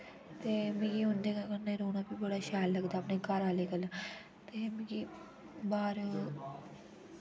ते मिगी उंदे कन्नै रौह्ना वी बड़ा शैल लगदा अपने घर आह्ले कन्नै ते मिगी बाह्र